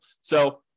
So-